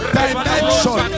dimension